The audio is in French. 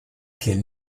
quel